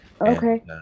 Okay